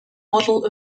model